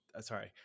sorry